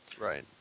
Right